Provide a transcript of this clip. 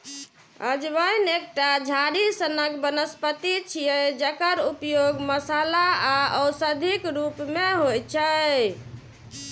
अजवाइन एकटा झाड़ी सनक वनस्पति छियै, जकर उपयोग मसाला आ औषधिक रूप मे होइ छै